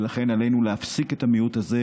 ולכן עלינו להפסיק את זה.